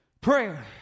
prayer